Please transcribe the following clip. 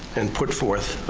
and put forth,